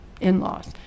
in-laws